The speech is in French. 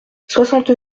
soixante